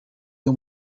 ryo